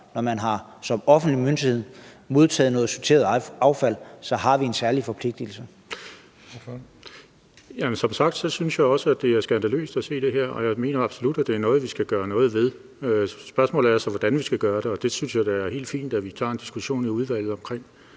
formand (Christian Juhl): Ordføreren. Kl. 19:37 Peter Seier Christensen (NB): Jamen som sagt synes jeg også, at det er skandaløst at se det her, og jeg mener absolut, at det er noget, vi skal gøre noget ved. Spørgsmålet er så, hvordan vi skal gøre det, og det synes jeg da er helt fint at vi tager en diskussion i udvalget om,